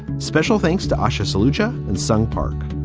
special thanks to asha soldier and sung park.